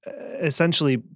essentially